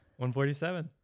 147